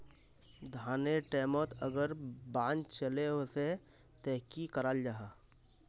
धानेर टैमोत अगर बान चले वसे ते की कराल जहा?